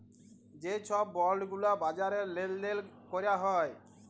যে ছব বল্ড গুলা বাজারে লেল দেল ক্যরা হ্যয়